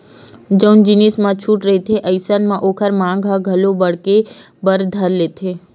जउन जिनिस म छूट रहिथे अइसन म ओखर मांग ह घलो बड़हे बर धर लेथे